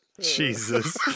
Jesus